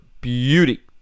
beauty